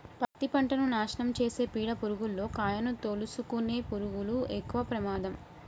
పత్తి పంటను నాశనం చేసే పీడ పురుగుల్లో కాయను తోలుసుకునే పురుగులు ఎక్కవ ప్రమాదం